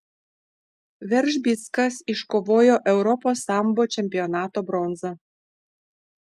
veržbickas iškovojo europos sambo čempionato bronzą